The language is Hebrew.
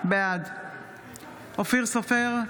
בעד אופיר סופר,